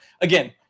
again